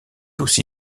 aussi